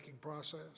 process